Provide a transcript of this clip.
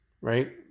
right